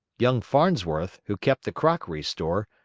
young farnsworth, who kept the crockery store,